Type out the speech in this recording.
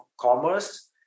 commerce